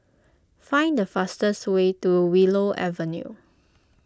find the fastest way to Willow Avenue